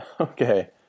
Okay